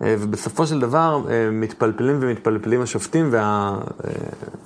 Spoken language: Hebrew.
ובסופו של דבר מתפלפלים ומתפלפלים השופטים וה...